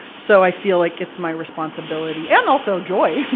so i feel like it's my responsibility and also joy.